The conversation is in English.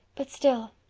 but still,